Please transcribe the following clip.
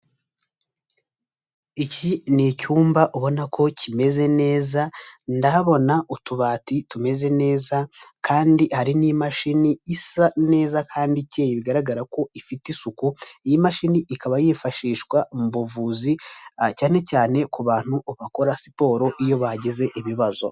Iki ni icyumba ubona ko kimeze neza, ndahabona utubati tumeze neza kandi hari n'imashini isa neza kandi ikeye bigaragara ko ifite isuku, iyi mashini ikaba yifashishwa mu buvuzi cyane cyane ku bantu bakora siporo iyo bagize ibibazo.